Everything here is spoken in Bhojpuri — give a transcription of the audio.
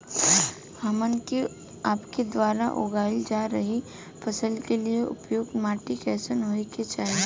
हमन के आपके द्वारा उगाई जा रही फसल के लिए उपयुक्त माटी कईसन होय के चाहीं?